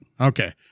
Okay